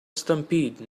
stampede